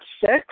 six